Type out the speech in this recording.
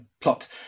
plot